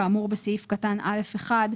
כאמור בסעיף קטן (א1)